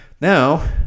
now